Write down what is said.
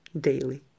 daily